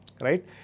right